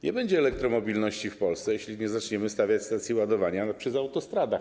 Nie będzie elektromobilności w Polsce, jeśli nie zaczniemy stawiać stacji ładowania przy autostradach.